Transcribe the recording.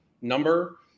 number